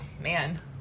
man